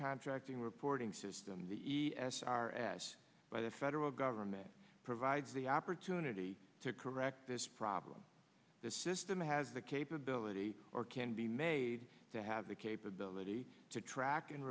contracting reporting system the e s r as by the federal government provides the opportunity to correct this problem the system has the capability or can be made to have the capability to track and